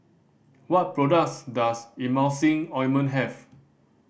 what products does Emulsying Ointment have